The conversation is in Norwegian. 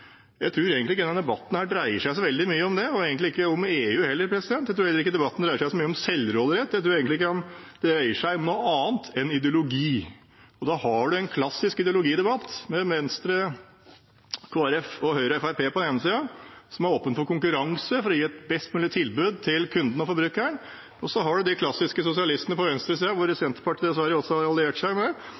Jeg tror egentlig ikke denne debatten dreier seg så veldig mye om det, og egentlig ikke om EU heller. Jeg tror heller ikke debatten dreier seg så mye om selvråderett. Jeg tror egentlig ikke den dreier seg om noe annet enn ideologi, og da har vi en klassisk ideologidebatt med Venstre, Kristelig Folkeparti, Høyre og Fremskrittspartiet, som er åpen for konkurranse for å gi et best mulig tilbud til kunden og forbrukeren, på den ene siden, og de klassiske sosialistene på venstresiden, som Senterpartiet dessverre også har alliert seg med,